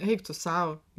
eik tu sau